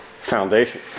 foundation